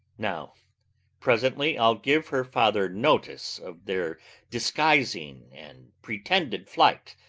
now presently i'll give her father notice of their disguising and pretended flight,